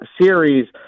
series